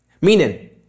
Meaning